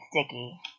sticky